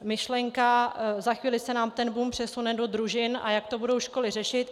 Myšlenka, za chvíli se nám ten boom přesune do družin, a jak to budou školy řešit.